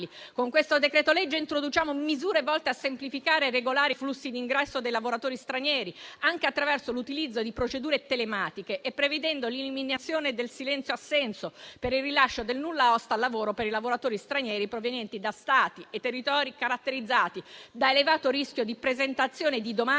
Con questo provvedimento introduciamo misure volte a semplificare e regolare i flussi d'ingresso dei lavoratori stranieri, anche attraverso l'utilizzo di procedure telematiche e prevedendo l'eliminazione del silenzio assenso per il rilascio del nulla osta al lavoro per i lavoratori stranieri provenienti da Stati e territori caratterizzati da elevato rischio di presentazione di domande